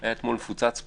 היה אתמול מפוצץ פה.